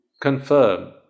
confirm